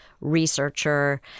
researcher